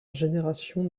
génération